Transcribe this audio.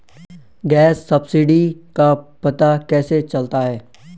Gas subsidy का पता कैसे चलता है?